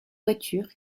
voiture